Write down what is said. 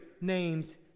name's